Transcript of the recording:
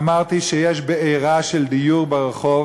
אמרתי שיש בעירה של דיור ברחוב,